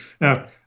Now